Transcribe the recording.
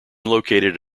located